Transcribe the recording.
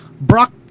Brock